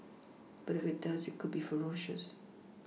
but if it does it could be ferocious